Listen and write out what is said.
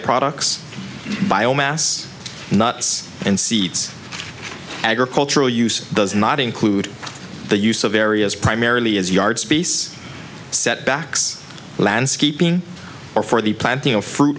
products biomass nuts and seeds agricultural use does not include the use of areas primarily as yard species setbacks landscaping or for the planting of fruit